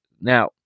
Now